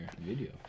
video